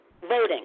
voting